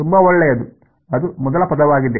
ತುಂಬಾ ಒಳ್ಳೆಯದು ಅದು ಮೊದಲ ಪದವಾಗಿದೆ